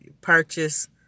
purchase